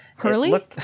Hurley